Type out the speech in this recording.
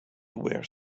were